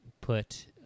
put